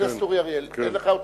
אין לך פה?